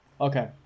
Okay